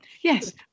Yes